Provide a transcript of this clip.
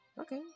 Okay